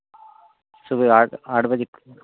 सुबह आठ आठ बजे